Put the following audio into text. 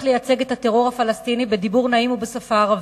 לייצג את הטרור הפלסטיני בדיבור נעים ובשפה הערבית.